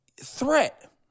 threat